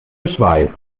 geschweißt